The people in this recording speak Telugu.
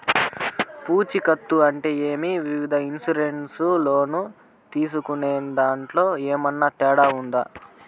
పూచికత్తు అంటే ఏమి? వివిధ ఇన్సూరెన్సు లోను తీసుకునేదాంట్లో ఏమన్నా తేడా ఉందా?